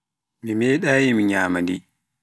Mi meɗaayi mi nyamandi.